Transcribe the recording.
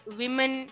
women